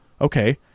Okay